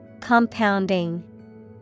Compounding